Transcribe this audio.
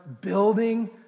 building